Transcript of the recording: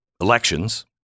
elections